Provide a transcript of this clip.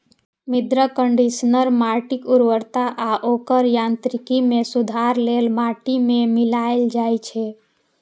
मृदा कंडीशनर माटिक उर्वरता आ ओकर यांत्रिकी मे सुधार लेल माटि मे मिलाएल जाइ छै